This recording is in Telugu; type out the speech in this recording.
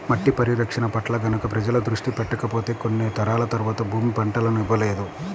మట్టి పరిరక్షణ పట్ల గనక ప్రజలు దృష్టి పెట్టకపోతే కొన్ని తరాల తర్వాత భూమి పంటలను ఇవ్వలేదు